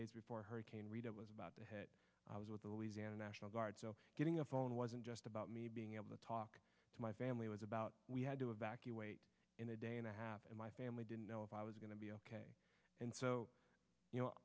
days before hurricane rita was about to hit i was with the louisiana national guard so getting a phone wasn't just about me being able to talk to my family was about we had to evacuate in a day and a half and my family didn't know if i was going to be ok and so you know